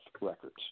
records